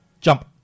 Jump